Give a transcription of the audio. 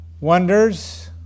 wonders